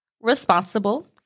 responsible